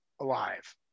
alive